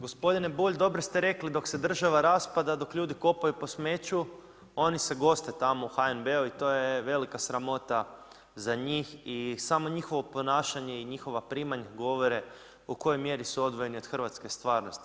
Gospodine Bulj dobro ste rekli dok se država raspada, dok ljudi kopaju po smeću oni se goste tamo u HNB-u i to je velika sramota za njih i samo njihovo ponašanje i njihova primanja govore u kojoj mjeri su odvojeni od hrvatske stvarnosti.